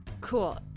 Cool